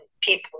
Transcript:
people